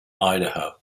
idaho